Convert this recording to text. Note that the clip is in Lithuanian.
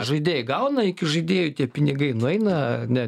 žaidėjai gauna iki žaidėjų tie pinigai nueina ne